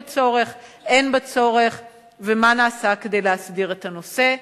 צורך או אין בה צורך ומה נעשה כדי להסדיר את הנושא.